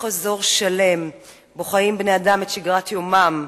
אזור שלם שבו חיים בני-אדם את שגרת יומם,